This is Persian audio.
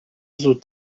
زود